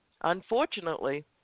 Unfortunately